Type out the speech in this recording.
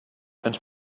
ens